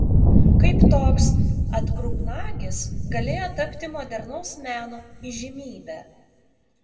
kaip toks atgrubnagis galėjo tapti modernaus meno įžymybe